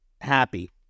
happy